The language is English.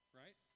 right